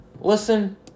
listen